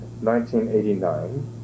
1989